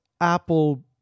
Apple